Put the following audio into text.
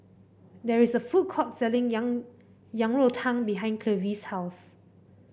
there is a food court selling yang Yang Rou Tang behind Clevie's house